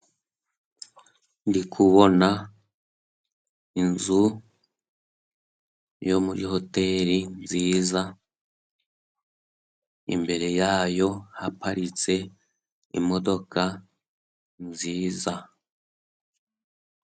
Ndi kubona inzu yo muri hoteri nziza. Imbere yayo, haparitse imodoka nziza.